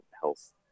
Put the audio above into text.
health